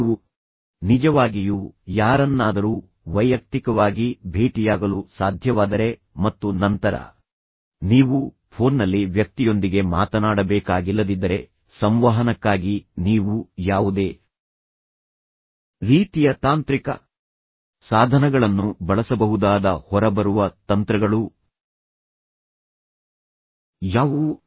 ನೀವು ನಿಜವಾಗಿಯೂ ಯಾರನ್ನಾದರೂ ವೈಯಕ್ತಿಕವಾಗಿ ಭೇಟಿಯಾಗಲು ಸಾಧ್ಯವಾದರೆ ಮತ್ತು ನಂತರ ನೀವು ಫೋನ್ನಲ್ಲಿ ವ್ಯಕ್ತಿಯೊಂದಿಗೆ ಮಾತನಾಡಬೇಕಾಗಿಲ್ಲದಿದ್ದರೆ ಸಂವಹನಕ್ಕಾಗಿ ನೀವು ಯಾವುದೇ ರೀತಿಯ ತಾಂತ್ರಿಕ ಸಾಧನಗಳನ್ನು ಬಳಸಬಹುದಾದ ಹೊರಬರುವ ತಂತ್ರಗಳು ಯಾವುವು